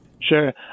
Sure